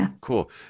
Cool